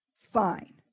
Fine